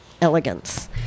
Elegance